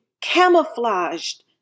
camouflaged